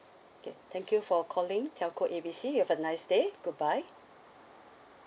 okay thank you for calling telco A B C you have a nice day bye bye